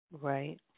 Right